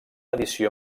edició